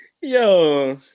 Yo